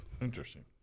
Interesting